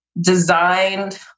designed